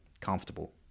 comfortable